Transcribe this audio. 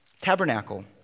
tabernacle